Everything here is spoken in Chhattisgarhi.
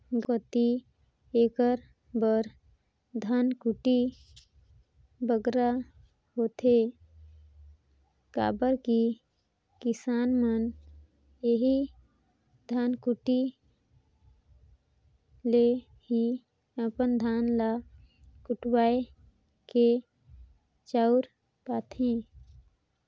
गाँव कती एकर बर धनकुट्टी बगरा होथे काबर कि किसान मन एही धनकुट्टी ले ही अपन धान ल कुटवाए के चाँउर पाथें